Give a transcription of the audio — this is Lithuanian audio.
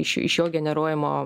iš jo generuojamo